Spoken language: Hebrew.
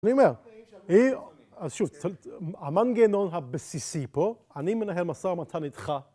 אני אומר, המנגנון הבסיסי פה, אני מנהל משא ומתן איתך